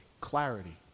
clarity